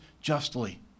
justly